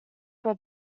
were